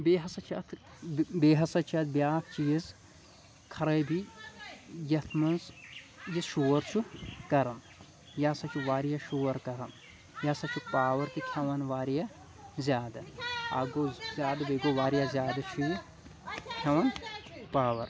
بیٚیہِ ہسا چھِ اتھ بیٚیہِ ہسا چھِ اتھ بیٛاکھ چیٖز خرٲبی یتھ منٛز یہِ شور چھُ کران یہِ ہسا چھُ واریاہ شور کران یہِ ہسا چھُ پاور تہِ کھٮ۪وان واریاہ زیادٕ اکھ گوٚو زیادٕ بیٚیہِ گوٚو واریاہ زیادٕ چھُ یہِ کھٮ۪وان پاور